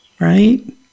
Right